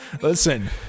Listen